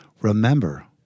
Remember